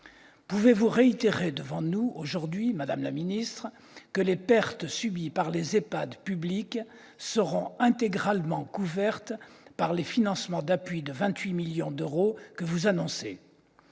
Pouvez-vous réaffirmer aujourd'hui devant nous, madame la ministre, que les pertes subies par les EHPAD publics seront intégralement couvertes par les financements d'appui de 28 millions d'euros que vous annoncez ?